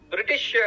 British